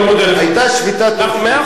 מאה אחוז, שמענו.